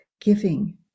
giving